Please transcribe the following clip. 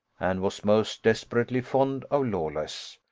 and was most desperately fond of lawless,